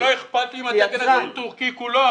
לא אכפת לי אם התקן הזה תורכי כולו.